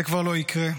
זה כבר לא יקרה,